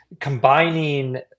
combining